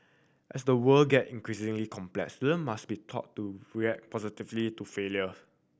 as the world get increasingly complex student must be taught to react positively to failure